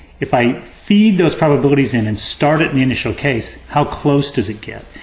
if i feed those probabilities in and start at the initial case, how close does it get?